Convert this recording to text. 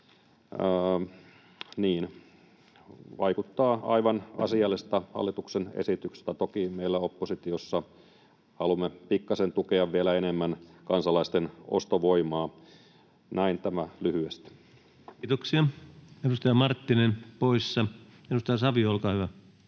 Vaikuttaa aivan asialliselta hallituksen esitykseltä. Toki me oppositiossa haluamme tukea vielä pikkasen enemmän kansalaisten ostovoimaa. — Näin tämä lyhyesti. Kiitoksia. — Edustaja Marttinen poissa. — Edustaja Savio, olkaa hyvä.